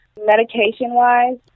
Medication-wise